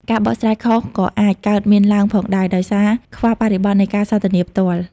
ការបកស្រាយខុសក៏អាចកើតមានឡើងផងដែរ ដោយសារខ្វះបរិបទនៃការសន្ទនាផ្ទាល់។